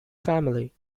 family